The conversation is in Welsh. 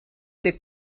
deg